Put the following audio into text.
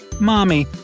Mommy